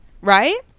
right